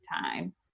time